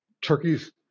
Turkey's